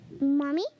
Mommy